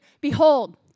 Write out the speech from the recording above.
behold